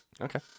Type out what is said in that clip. Okay